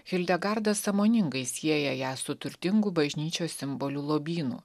hildegarda sąmoningai sieja ją su turtingu bažnyčios simbolių lobynu